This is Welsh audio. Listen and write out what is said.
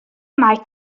mae